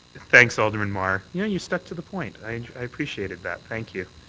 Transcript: thanks, alderman mar. yeah you stuck to the point. i appreciated that. thank you.